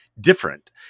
different